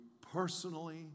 personally